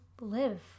live